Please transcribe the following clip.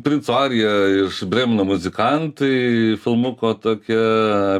princo arija iš brėmeno muzikantai filmuko tokia